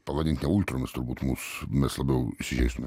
pavadinti ultromis turbūt mus mes labiau įsižeistume